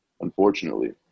Unfortunately